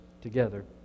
together